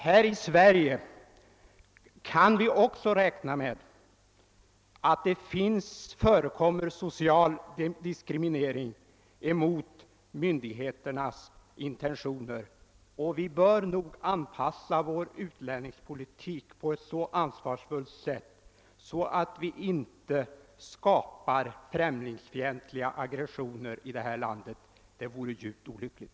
Här i Sverige kan vi också räkna med att det mot myndigheternas intentioner förekommer social diskriminering. Vi bör nog utforma vår utlänningspolitik på ett så ansvarsfullt sätt, att vi inte skapar främlingsfientliga aggressioner i det här landet. Det vore djupt olyckligt.